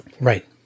right